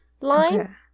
line